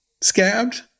scabbed